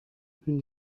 une